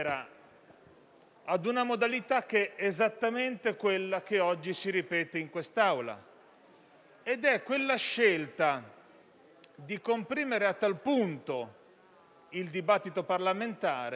ad una modalità che è esattamente quella che oggi si ripete in quest'Aula, vale a dire la scelta di comprimere a tal punto il dibattito parlamentare